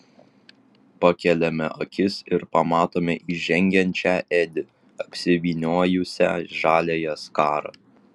pakeliame akis ir pamatome įžengiančią edi apsivyniojusią žaliąją skarą